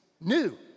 new